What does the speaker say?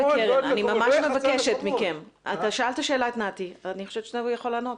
אתה שאלת את נתי שאלה ואני חושבת שהוא יכול לענות.